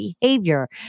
behavior